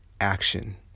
action